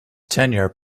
tenure